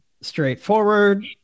straightforward